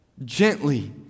gently